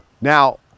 Now